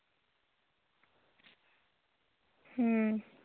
ᱦᱩᱸ